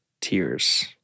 tears